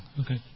Okay